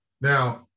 now